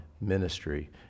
ministry